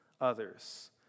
others